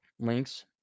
links